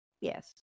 Yes